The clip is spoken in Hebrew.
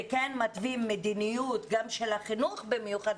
וכן מתווים מדיניות גם של החינוך במיוחד,